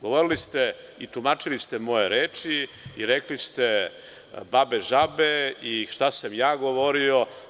Govorili ste i tumačili ste moje reči i rekli ste - babe, žabe i šta sam ja govorio.